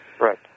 Right